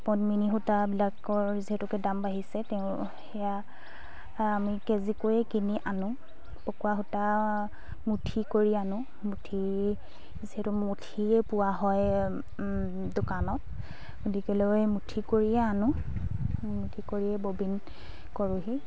পদ্মিনী সূতাবিলাকৰ যিহেতুকে দাম বাঢ়িছে তেওঁ সেয়া আমি কেজিকৈয়ে কিনি আনো পকোৱা সূতা মুঠি কৰি আনো মুঠি যিহেতু মুঠিয়ে পোৱা হয় দোকানত গতিকেলৈ মুঠি কৰিয়ে আনো মুঠি কৰিয়েই ববিন কৰোঁহি